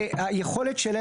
היכולת שלהם,